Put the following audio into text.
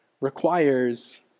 requires